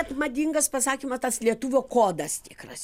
net madingas pasakymas tas lietuvio kodas tikras